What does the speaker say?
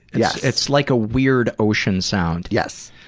yeah it's like a weird ocean sound. yes!